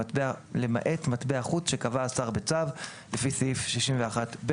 למעט מטבע חוץ שקבע השר בצו; לפי סעיף 61(ב).